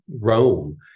Rome